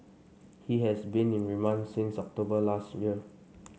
he has been in remand since October last year